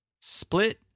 Split